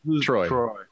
Troy